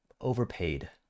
overpaid